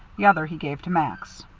the other he gave to max.